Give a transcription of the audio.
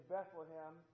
Bethlehem